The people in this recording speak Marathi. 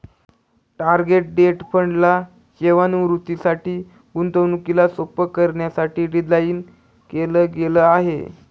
टार्गेट डेट फंड ला सेवानिवृत्तीसाठी, गुंतवणुकीला सोप्प करण्यासाठी डिझाईन केल गेल आहे